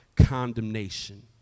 condemnation